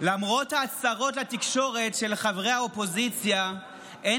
למרות ההצהרות של חברי האופוזיציה לתקשורת,